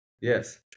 yes